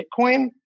Bitcoin